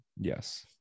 Yes